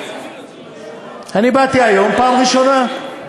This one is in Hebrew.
באתי היום, פעם ראשונה,